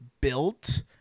built